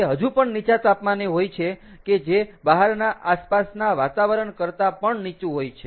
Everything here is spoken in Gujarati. તે હજુ પણ નીચા તાપમાને હોય છે કે જે બહારના આસપાસના વાતાવરણ કરતા પણ નીચું હોય છે